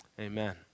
Amen